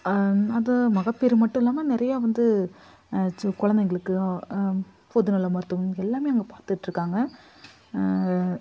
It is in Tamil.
அது மகப்பேறு மட்டும் இல்லாமல் நிறைய வந்து குழந்தைங்களுக்கு பொதுநல மருத்துவம் எல்லாமே அங்கே பார்த்துட்டுருக்காங்க